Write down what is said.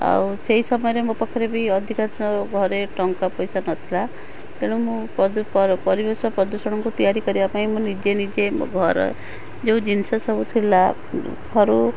ଆଉ ସେଇ ସମୟରେ ମୋ ପାଖରେ ବି ଅଧିକାଂଶ ଘରେ ଟଙ୍କା ପଇସା ନଥିଲା ତେଣୁ ମୁଁ ପରିବେଶ ପ୍ରଦୂଷଣକୁ ତିଆରି କରିବା ପାଇଁ ମୁଁ ନିଜେ ନିଜେ ମୋ ଘରେ ଯେଉଁ ଜିନିଷ ସବୁଥିଲା ଘରୁ